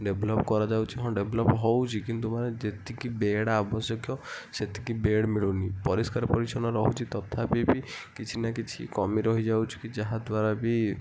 develop କରାଯାଉଛି ହଁ develop ହେଉଛି କିନ୍ତୁ ମାନେ ଯେତିକି ବେଡ଼୍ ଆବଶ୍ୟକ ସେତିକି ବେଡ଼୍ ମିଳୁନି ପରିଷ୍କାର ପରିଚ୍ଛନ୍ନ ରହୁଛି ତଥାପି ବି କିଛି ନା କିଛି କମି ରହିଯାଉଛି କି ଯାହା ଦ୍ୱାରା ବି